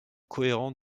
cohérent